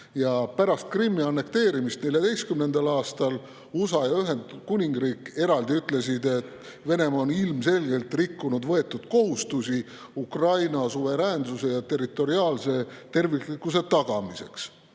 Pärast Krimmi annekteerimist 2014. aastal ütlesid USA ja Ühendkuningriik eraldi [avaldustes], et Venemaa on ilmselgelt rikkunud võetud kohustusi Ukraina suveräänsuse ja territoriaalse terviklikkuse tagamiseks.